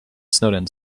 snowden